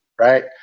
right